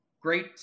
great